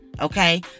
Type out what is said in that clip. Okay